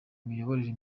miyoborere